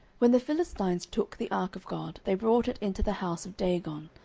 when the philistines took the ark of god, they brought it into the house of dagon,